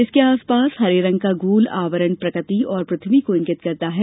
इसके आस पास हरे रंग का गोल आवरण प्रकृति और पृथ्वी को इंगित करता है